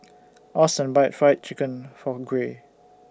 Auston bought Fried Chicken For Gray